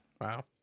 Wow